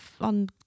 on